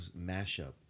mashup